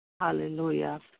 Hallelujah